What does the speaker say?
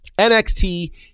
NXT